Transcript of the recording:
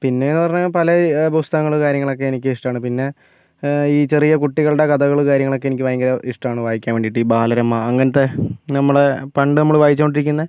പിന്നെയെന്നു പറഞ്ഞാൽ പല പുസ്തകങ്ങളും കാര്യങ്ങളും ഒക്കെ എനിക്ക് ഇഷ്ടമാണ് പിന്നെ ഈ ചെറിയ കുട്ടികളുടെ കഥകളും കാര്യങ്ങളും ഒക്കെ എനിക്ക് ഭയങ്കര ഇഷ്ടമാണ് വായിക്കാൻ വേണ്ടിയിട്ട് ഈ ബാലരമ അങ്ങനത്തെ നമ്മൾ പണ്ട് നമ്മൾ വായിച്ചു കൊണ്ടിരിക്കുന്ന